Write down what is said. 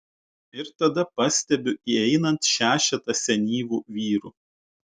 ir tada pastebiu įeinant šešetą senyvų vyrų